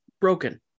broken